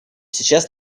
сейчас